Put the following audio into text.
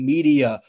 Media